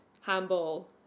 handball